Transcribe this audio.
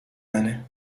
منه